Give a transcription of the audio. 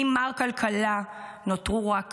ממר כלכלה נותרו רק